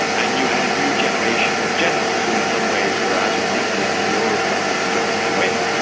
and you had a new generation of generals who in some ways were as repressive or more repressive than general ne win,